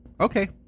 Okay